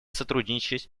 сотрудничать